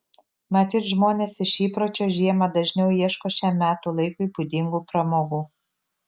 matyt žmonės iš įpročio žiemą dažniau ieško šiam metų laikui būdingų pramogų